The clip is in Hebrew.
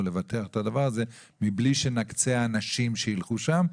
הדבר הזה מבלי שנקצה אנשים שיילכו לשם,